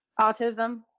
autism